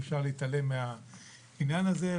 אי-אפשר להתעלם מהעניין הזה,